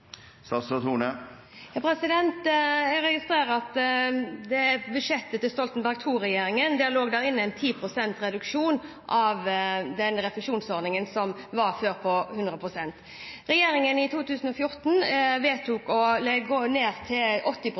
Jeg registrerer at det i budsjettet til Stoltenberg II-regjeringen lå inne 10 pst. reduksjon i den refusjonsordningen som før var på 100 pst. Regjeringen vedtok i 2014 å gå ned til 80